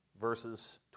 verses